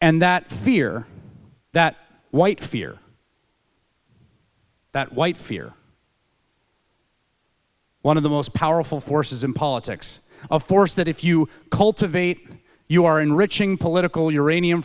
and that fear that white fear that white fear one of the most powerful forces in politics of course that if you cultivate your enriching political uranium